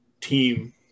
team